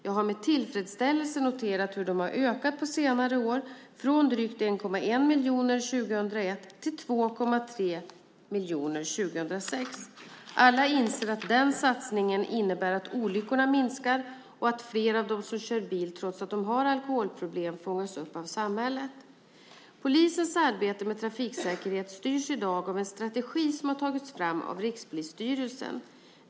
Jag har med tillfredsställelse noterat hur de har ökat på senare år: från drygt 1,1 miljon 2001 till 2,3 miljoner 2006. Alla inser att den satsningen innebär att olyckorna minskar och att fler av dem som kör bil trots att de har alkoholproblem fångas upp av samhället. Polisens arbete med trafiksäkerhet styrs i dag av en strategi som har tagits fram av Rikspolisstyrelsen.